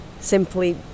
simply